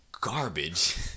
garbage